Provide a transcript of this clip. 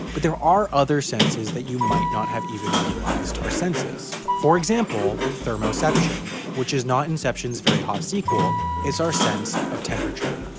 but there are other senses that you might not have even realized are senses. for example, thermoception, which is not inception's very hot sequel, it's our sense of temperature.